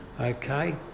Okay